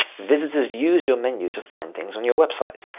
visitors use your menu to find things on your website.